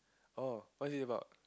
oh what is it about